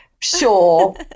Sure